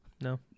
No